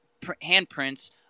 handprints